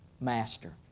master